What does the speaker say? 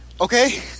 okay